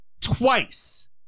twice